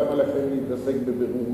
למה לכם להתעסק ב"בירור מסוים"?